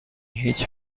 هیچ